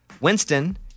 Winston